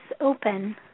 open